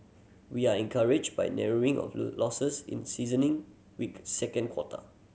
we are encouraged by narrowing of losses in seasoning weak second quarter